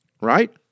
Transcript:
right